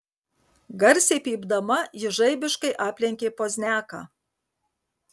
garsiai pypdama ji žaibiškai aplenkė pozniaką